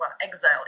exile